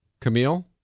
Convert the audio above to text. Camille